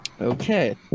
Okay